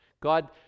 God